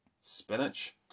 spinach